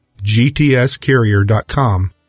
gtscarrier.com